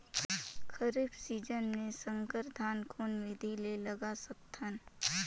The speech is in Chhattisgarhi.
खरीफ सीजन मे संकर धान कोन विधि ले लगा सकथन?